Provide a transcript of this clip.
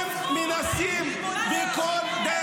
הזכות להשכלה היא זכות יסוד.